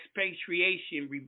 expatriation